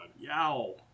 Yow